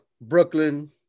Brooklyn